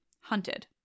hunted